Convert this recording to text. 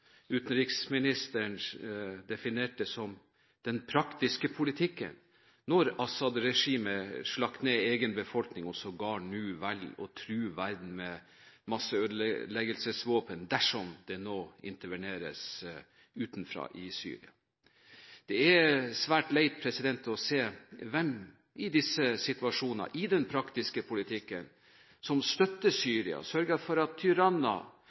den praktiske politikken – når Assad-regimet slakter ned sin egen befolkning og sågar nå velger å true verden med masseødeleggelsesvåpen, dersom det nå interveneres utenfra i Syria. Det er svært leit å se hvem som i disse situasjonene – i den praktiske politikken – støtter Syria og sørger for at